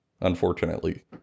unfortunately